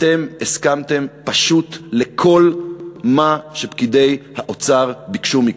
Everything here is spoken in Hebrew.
אתם הסכמתם פשוט לכל מה שפקידי האוצר ביקשו מכם.